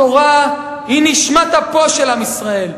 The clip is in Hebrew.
התורה היא נשמת אפו של עם ישראל,